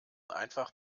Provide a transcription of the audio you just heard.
einfach